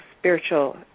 spiritual